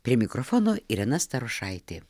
prie mikrofono irena starošaitė